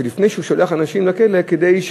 כדי שלפני שהוא שולח אנשים לכלא הוא